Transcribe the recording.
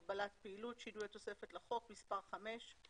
הגבלת פעילות) (שינוי התוספת לחוק) (מס' 5),